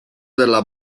della